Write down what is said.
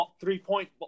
three-point